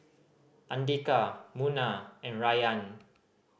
Andika Munah and Rayyan